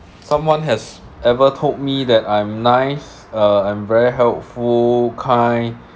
someone has ever told me that I'm nice uh I'm very helpful kind